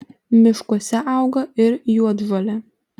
miškuose auga ir juodžolė